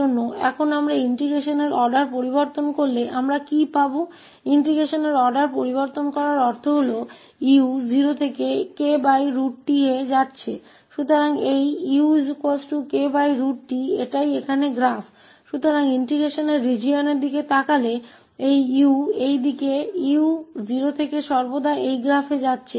तो एकीकरण के क्षेत्र को देखते हुए यह 𝑢 इस दिशा में 𝑢 0 से हमेशा इस ग्राफ पर जा रहे हैं